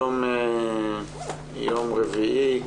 היום יום רביעי,